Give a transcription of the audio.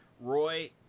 Roy